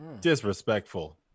Disrespectful